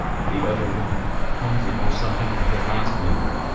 the other woman comes in or something at the last minute.